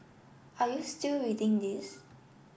are you still reading this